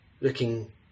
looking